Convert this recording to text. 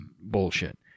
bullshit